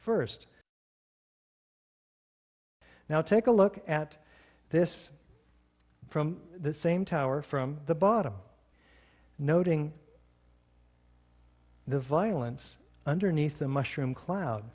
first now take a look at this from the same tower from the bottom noting the violence underneath the mushroom cloud